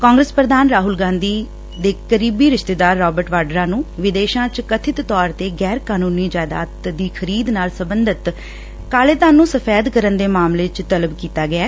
ਕਾਂਗਰਸ ਪ੍ਰਧਾਨ ਰਾਹੁਲ ਗਾਂਧੀ ਨੇ ਕਰੀਬੀ ਰਿਸ਼ਤੇਦਾਰ ਰਾਬਰਟ ਵਾਡਰਾ ਨੂੰ ਵਿਦੇਸ਼ਾਂ ਵਿਚ ਕਬਿਤ ਤੌਰ ਤੇ ਗੈਰ ਕਾਨੁੰਨੀ ਜਾਇਦਾਦ ਦੀ ਖਰੀਦ ਨਾਲ ਸਬੰਧੰਤ ਕਾਲੇ ਧਨ ਨੁੰ ਸਫੈਦ ਕਰਨ ਦੇ ਮਾਮਲੇ ਚ ਤਲਬ ਕੀਤਾ ਗਿਐ